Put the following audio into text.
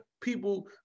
people